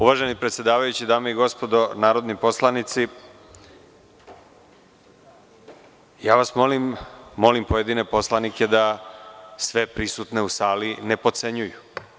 Uvaženi predsedavajući, dame i gospodo narodni poslanici, ja vas molim, molim pojedine poslanike da sve prisutne u sali ne potcenjuju.